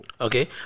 Okay